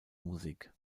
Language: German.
musik